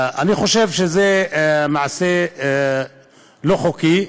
אני חושב שזה מעשה לא חוקי,